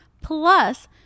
plus